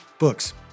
books